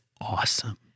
awesome